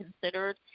considered